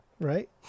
right